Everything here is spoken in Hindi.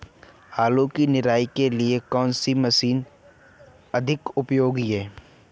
आलू की निराई के लिए कौन सी मशीन अधिक उपयोगी है?